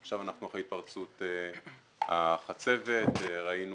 עכשיו אנחנו אחרי התפרצות החצבת וראינו